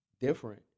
different